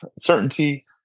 certainty